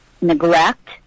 neglect